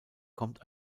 kommt